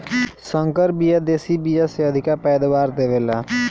संकर बिया देशी बिया से अधिका पैदावार दे वेला